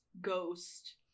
ghost